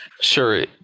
sure